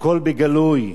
הכול בגלוי,